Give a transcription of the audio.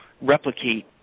replicate